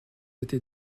été